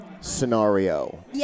scenario